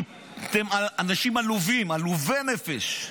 אתם אנשים עלובים, עלובי נפש.